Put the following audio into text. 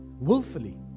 willfully